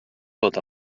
tot